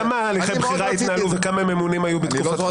כמה הליכי בחירה התנהלו וכמה ממונים היו בתקופתך?